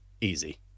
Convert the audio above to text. easy